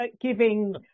giving